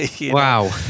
Wow